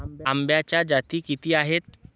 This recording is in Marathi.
आंब्याच्या जाती किती आहेत?